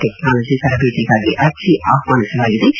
technology ತರಬೇತಿಗಾಗಿ ಅರ್ಜಿ ಆಹ್ವಾನಿಸಲಾತದೆ